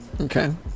Okay